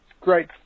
great